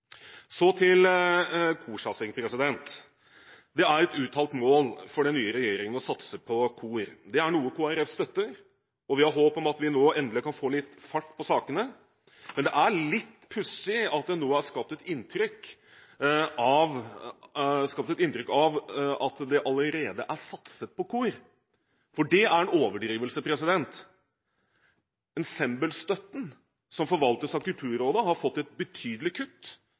Så til korsatsing. Det er et uttalt mål for den nye regjeringen å satse på kor. Det er noe Kristelig Folkeparti støtter, og vi har håp om at vi nå endelig kan få litt fart på sakene. Men det er litt pussig at det nå er skapt et inntrykk av at det allerede er satset på kor, for det er en overdrivelse. Ensemblestøtten, som forvaltes av Kulturrådet, har fått et betydelig kutt,